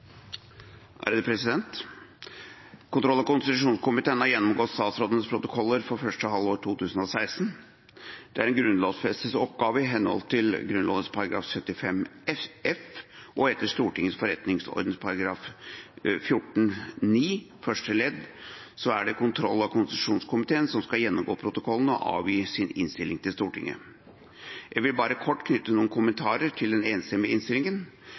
Det er en grunnlovfestet oppgave i henhold til Grunnloven § 75 f, og etter Stortingets forretningsorden § 14-9 første ledd er det kontroll- og konstitusjonskomiteen som skal gjennomgå protokollene og avgi sin innstilling til Stortinget. Jeg vil bare kort knytte noen kommentarer til den enstemmige innstillingen.